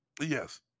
Yes